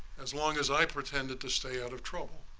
as long as i pretended to stay out of trouble